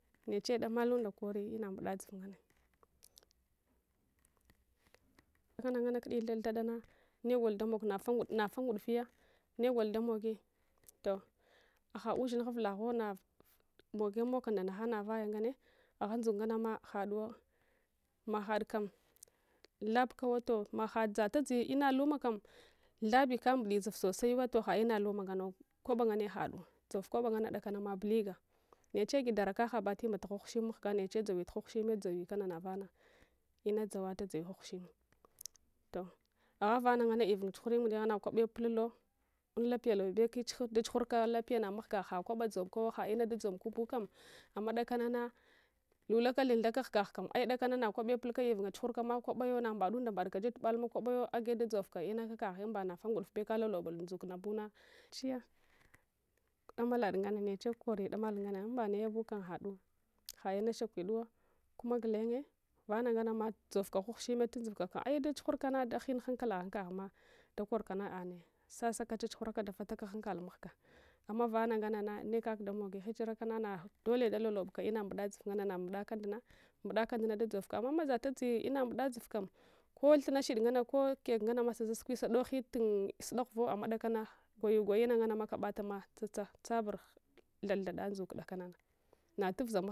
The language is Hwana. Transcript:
Neche d’amalunda kori ina mbudad zova nganne konungana thad thadana negol damog nafa nafa ngudufiya negol damogi toh aha ushinho mogi mogka ndanahan navaya nganne agha ndzok ngannama haduwa mahad kam thabukawo toh mahad dzata dzi ina lumakam thabi kambudi dzov sosaiwa toh ha’ina luma ngannu kw aba nganne hadu dzov kwaba nhana kudakanama buliga niche gi dara kahabati mbata ghwaghushim mahga niche dzowi ghwaghushime dzowi kana navana inadzawatadzi ghwagh-ushime toh agha vana nganne ivung tsughunayun amdiya nakwabi tupula lo unlapiya luwabeke chuh dachughurka na mahgah hakwaba dzomkawo ha’ina da dzomka bukam amma daknana lulaka thunthaka ghugahkam ai’dakana nakwabe pulka ivunga tsuhurkama kwabayo nambadun da mbadka kubdakanama kwabayo agye dadzovka inakakaghe banafa ngudufbe kalalobul ndzukna buna shiya damalad nganna niche kori damal nganna umba naye bukam hadu ha’ina shakwiduwa kuma gulenye vana nganama dzokz ghwaghushime tudzovkakam ai’dachughurkana daghin hankalah unkaghma dakor kana anne sasaki chachughuraka dafataka hankal mahga amma vanakanana nekakada mogi hijirakana nadole dalalobka mbuda dzuv nganna mbudaka nduna mbudaka nduna dadzovka amma matsa datsi ina mbuda dzuvkam ko thunna shida nganne kokek nganna ma sadaskwi sadoghi tun sudaghu vo ammadakana gwayu gwaya ina ganama kabatama tsatsa tsabar thad thada ndzuk ɗakanana natufuza mahga